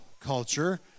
culture